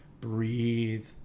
breathe